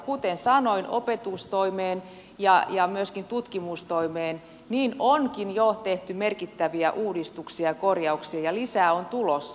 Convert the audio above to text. kuten sanoin opetustoimeen ja myöskin tutkimustoimeen onkin jo tehty merkittäviä uudistuksia ja korjauksia ja lisää on tulossa